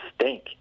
stink